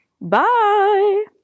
Bye